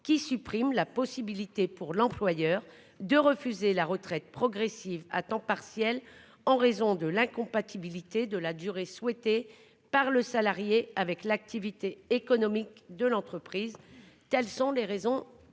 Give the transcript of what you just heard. à supprimer la possibilité pour l'employeur de refuser la retraite progressive à temps partiel en raison de l'incompatibilité de la durée souhaitée par le salarié avec l'activité économique de l'entreprise. L'amendement